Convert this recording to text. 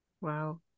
Wow